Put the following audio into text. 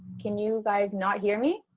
can you guys not hear me?